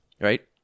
Right